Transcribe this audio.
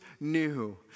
new